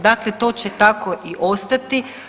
Dakle, to će tako i ostati.